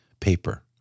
paper